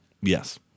Yes